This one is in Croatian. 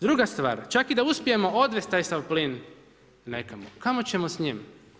Druga stvar, čak i da uspijemo odvesti sav taj plin nekamo, kamo ćemo s njim?